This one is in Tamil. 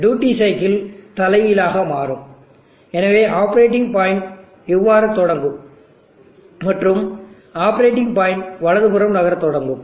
எனவே டியூட்டி சைக்கிள் தலைகீழாக மாறும் எனவே ஆப்ப ரேட்டிங் பாயிண்ட் இவ்வாறு தொடங்கும் மற்றும் ஆப்பரேட்டிங் பவர் பாயிண்ட் வலதுபுறம் நகரத் தொடங்கும்